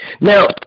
Now